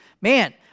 Man